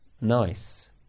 Nice